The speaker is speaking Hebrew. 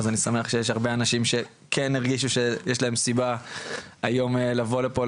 אז אני שמח שיש הרבה אנשים שכן הרגישו שיש להם סיבה היום לבוא לפה,